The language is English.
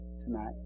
tonight